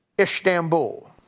Istanbul